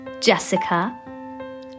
Jessica